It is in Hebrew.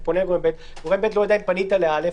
או לגורם ב' וגורם ב' לא יודע אם פנית לגורם א'.